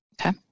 Okay